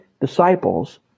disciples